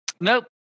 Nope